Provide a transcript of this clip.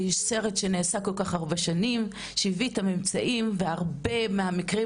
זה סרט שנעשה כל כך הרבה שנים שהביא את הממצאים והרבה מהמקרים